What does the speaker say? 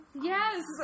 Yes